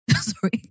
Sorry